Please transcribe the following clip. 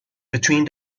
between